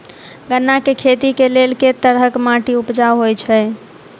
गन्ना केँ खेती केँ लेल केँ तरहक माटि उपजाउ होइ छै?